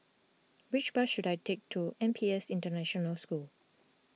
which bus should I take to N P S International School